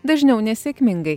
dažniau nesėkmingai